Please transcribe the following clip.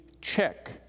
check